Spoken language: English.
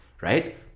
right